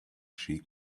sheep